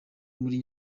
muri